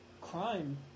crime